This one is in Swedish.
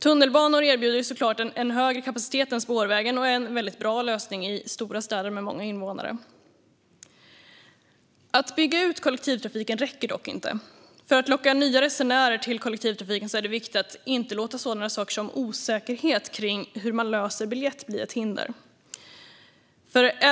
Tunnelbanor erbjuder såklart en än högre kapacitet än spårvägen och är en bra lösning för stora städer med många invånare. Att bygga ut kollektivtrafiken räcker dock inte. För att locka nya resenärer till kollektivtrafiken är det viktigt att inte låta sådana saker som osäkerhet kring hur man löser biljett bli ett hinder.